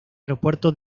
aeropuerto